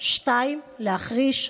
2. להחריש,